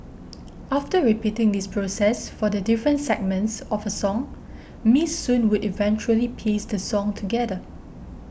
after repeating this process for the different segments of a song Miss Soon would eventually piece the song together